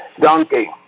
donkey